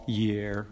year